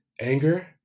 anger